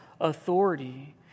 Authority